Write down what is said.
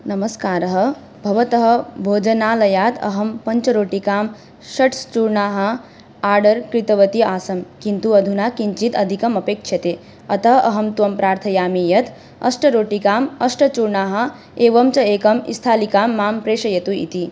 नमस्कारः भवतः भोजनालयात् अहं पञ्च रोटिकां षड् चूर्णाः आर्डर् कृतवती आसं किन्तु अधुना किञ्चित् अधिकम् अपेक्षते अतः अहं त्वं प्रार्थयामि यत् अष्ट रोटिकाम् अष्ट चूर्णाः एवं च एकां स्थालिकां मां प्रेषयतु इति